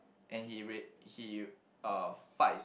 and he re~ he uh fights